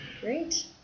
Great